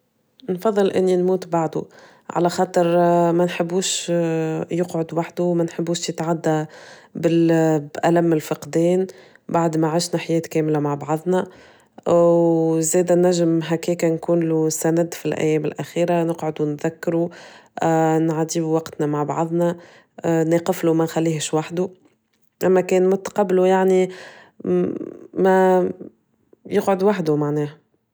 نفضل اني نموت بعدو على خاطر منحبوش يقعد وحدو منحبوش يتعدى بالم الفقدان بعد ماعشنا حياة كاملة مع بعضنا و زادا نجم هكاك نكونلو سند فالايام الاخيرة نقعد نذكرو نعديو وقتنا مع بعضنا نوقفلو منخليهش وحدو اما كان مت قبلو يعني يقعد وحدو معناه